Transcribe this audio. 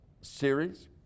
series